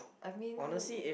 I mean